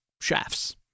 shafts